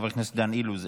חבר הכנסת דן אילוז,